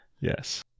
Yes